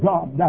God